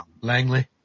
Langley